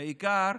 בעיקר